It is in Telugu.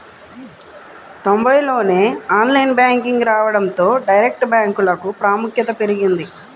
తొంబైల్లోనే ఆన్లైన్ బ్యాంకింగ్ రావడంతో డైరెక్ట్ బ్యాంకులకు ప్రాముఖ్యత పెరిగింది